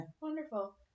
Wonderful